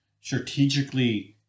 strategically